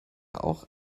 auch